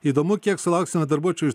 įdomu kiek sulauksime darbuotojų